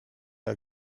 are